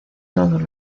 todos